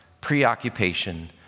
preoccupation